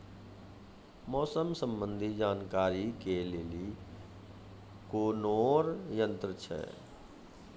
मौसम संबंधी जानकारी ले के लिए कोनोर यन्त्र छ?